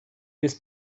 this